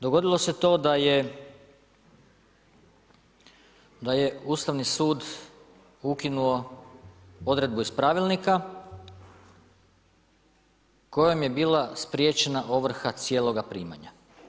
Dogodilo se to da je Ustavni sud ukinuo odredbu iz pravilnika, kojom je bila spriječena ovrha cijeloga primanja.